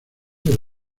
del